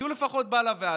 כי הוא לפחות בא לוועדה,